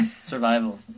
Survival